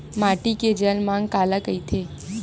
माटी के जलमांग काला कइथे?